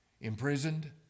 imprisoned